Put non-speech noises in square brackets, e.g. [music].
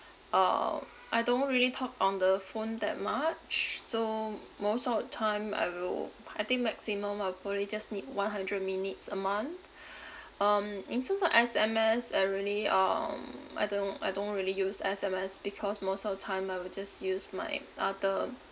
um I don't really talk on the phone that much so most of the time I will I think maximum I'll probably just need one hundred minutes a month [breath] um and also s~ like S_M_S I really um I don't I don't really use S_M_S because most of the time I will just use my other